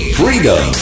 freedom